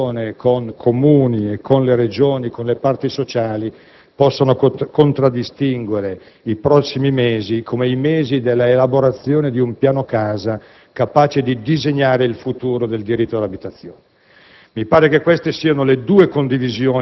da proposte che, in relazione con i Comuni, con le Regioni e con le parti sociali, possono contraddistinguere i prossimi mesi come i mesi della elaborazione di un piano casa, capace di disegnare il futuro del diritto all'abitazione.